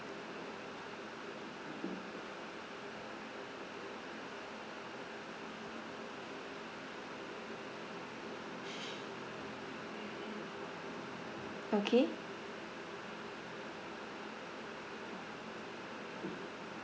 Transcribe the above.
okay